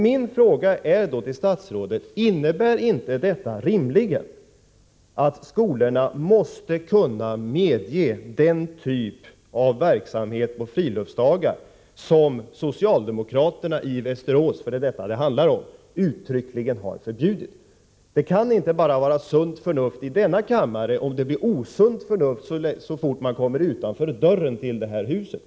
Min fråga blir då: Innebär inte detta att skolorna rimligen måste kunna medge den typ av verksamheter på friluftsdagar som socialdemokraterna i Västerås — för det är detta det handlar om — uttryckligen har förbjudit? Det kan inte vara fråga om att sunt förnuft gäller bara i denna kammare, och att osunt förnuft råder så snart man kommer utanför dörren till det här huset.